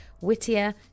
Whittier